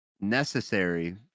necessary